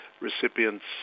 recipients